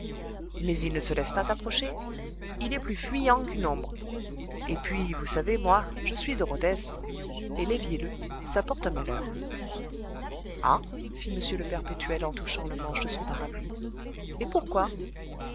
mais il ne se laisse pas approcher il est plus fuyant qu'une ombre et puis vous savez moi je suis de rodez et les vielleux ça porte malheur ah fit m le perpétuel en touchant le manche de son parapluie et pourquoi